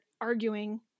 arguing